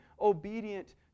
obedient